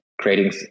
creating